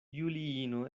juliino